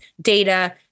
data